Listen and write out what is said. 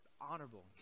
honorable